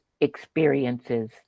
experiences